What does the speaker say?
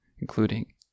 including